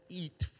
eat